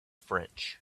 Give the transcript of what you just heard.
french